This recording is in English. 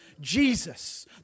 Jesus